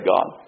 God